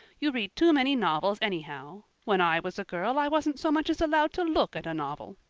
you read too many novels anyhow. when i was a girl i wasn't so much as allowed to look at a novel.